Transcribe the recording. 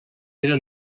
eren